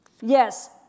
Yes